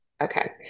okay